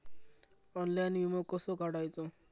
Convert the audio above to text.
Online विमो कसो काढायचो?